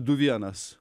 du vienas